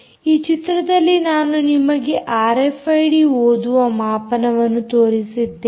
ಈ ಚಿತ್ರದಲ್ಲಿ ನಾನು ನಿಮಗೆ ಆರ್ಎಫ್ಐಡಿ ಓದುವ ಮಾಪನವನ್ನು ತೋರಿಸಿದ್ದೇನೆ